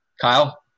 kyle